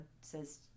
says